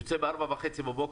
יוצא ב-4:30 בבוקר,